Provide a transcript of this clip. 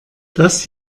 das